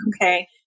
Okay